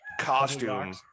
costume